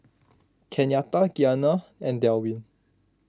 Kenyatta Gianna and Delwin